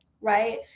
right